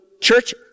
church